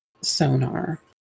sonar